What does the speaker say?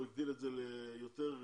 הוא הגדיל את זה ליותר בנות.